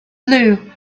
blue